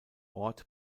ort